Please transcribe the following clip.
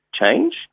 change